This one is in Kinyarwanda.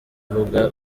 avuga